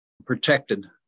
protected